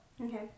Okay